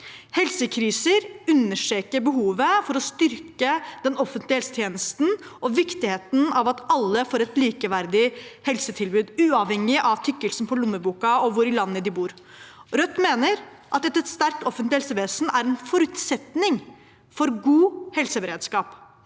Helsekriser understreker behovet for å styrke den offentlige helsetjenesten og viktigheten av at alle får et likeverdig helsetilbud, uavhengig av tykkelsen på lommeboka og hvor i landet man bor. Rødt mener at et sterkt offentlig helsevesen er en forutsetning for god helseberedskap.